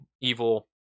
evil